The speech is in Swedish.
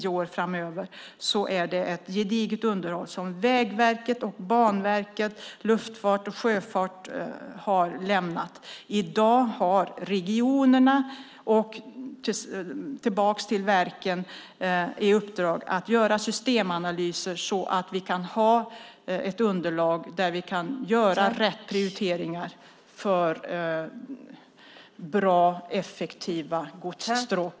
Därför har Vägverket, Banverket, Luftfartsverket och Sjöfartsverket också lämnat ett gediget underlag. I dag har regionerna och verken i uppdrag att göra systemanalyser så att vi får ett underlag för att kunna göra rätt prioriteringar för bra och effektiva godsstråk.